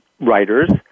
writers